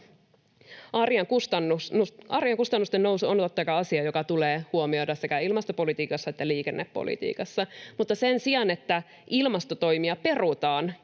Arjen kustannusten nousu on totta kai asia, joka tulee huomioida sekä ilmastopolitiikassa että liikennepolitiikassa, mutta sen sijaan, että ilmastotoimia perutaan,